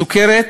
סוכרת